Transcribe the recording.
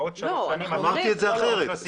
אמרתי זאת אחרת.